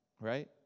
right